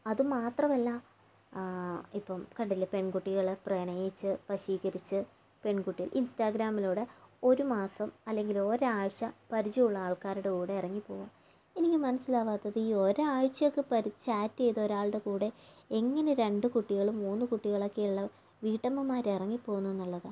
അതുമാത്രമല്ല ഇപ്പം കണ്ടില്ലേ പെൺകുട്ടികൾ പ്രണയിച്ച് വശീകരിച്ച് പെൺകുട്ടി ഇൻസ്റ്റാഗ്രാമിലൂടെ ഒരു മാസം അല്ലെങ്കിൽ ഒരാഴ്ച പരിചയമുള്ള ആൾക്കാരുടെ കൂടെ ഇറങ്ങിപ്പോകും എനിക്ക് മനസിലാകാത്തത് ഈ ഒരാഴ്ചയൊക്കെ പരിചയപ്പെട്ട ചാറ്റ് ചെയ്ത ഒരാളുടെ കൂടെ എങ്ങനെ രണ്ട് കുട്ടികളും മൂന്ന് കുട്ടികളും ഒക്കെയുള്ള വീട്ടമ്മമാർ ഇറങ്ങിപ്പോകുന്നത് എന്നുള്ളതാണ്